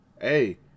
hey